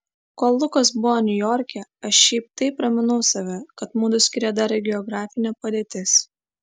kol lukas buvo niujorke aš šiaip taip raminau save kad mudu skiria dar ir geografinė padėtis